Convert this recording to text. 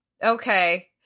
Okay